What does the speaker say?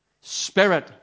spirit